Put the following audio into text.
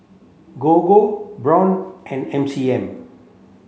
Gogo Braun and M C M